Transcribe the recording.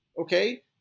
okay